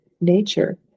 nature